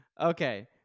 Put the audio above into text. Okay